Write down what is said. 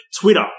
Twitter